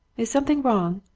is something wrong?